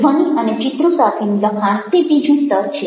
ધ્વનિ અને ચિત્રો સાથેનું લખાણ તે બીજું સ્તર છે